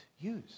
use